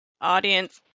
audience